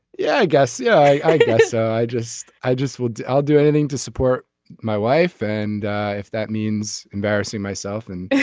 yeah i guess yeah i guess i just i just will. i'll do anything to support my wife and if that means embarrassing myself and yeah